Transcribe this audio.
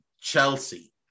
Chelsea